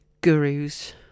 gurus